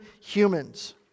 humans